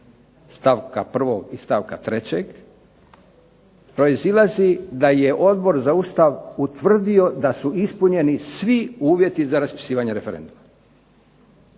stavka prvog i stavka trećeg proizilazi da je Odbor za Ustav utvrdio da su ispunjeni svi uvjeti za raspisivanje referenduma.